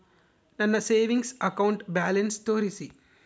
ನನ್ನ savings account balance ತೋರಿಸಿ?